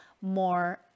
more